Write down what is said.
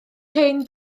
hen